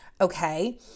okay